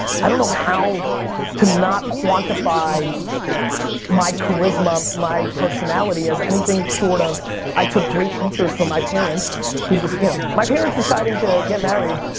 i don't how to not quantify my charisma, my personality as anything short of i took great features from my parents. who just, you know my parents deciding to get married,